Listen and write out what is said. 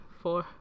four